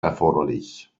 erforderlich